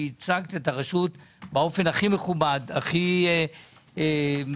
הצגת את הרשות באופן הכי מכובד והכי אטרקטיבי.